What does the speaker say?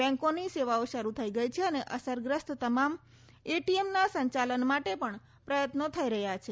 બેંકોની સેવાઓ શરૂ થઇ ગઇ છે અને અસરગ્રસ્ત તમામ એટીએમ ના સંચાલન માટે પ્રયત્નો થઇ રહ્યા છે